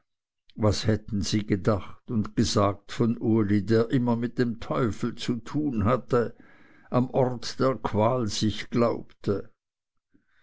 was hätten sie gedacht und gesagt von uli der immer mit dem teufel zu tun hatte am ort der qual sich glaubte